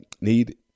need